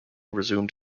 resumed